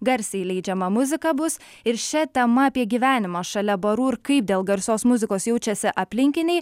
garsiai leidžiama muzika bus ir šia tema apie gyvenimą šalia barų ir kaip dėl garsios muzikos jaučiasi aplinkiniai